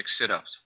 sit-ups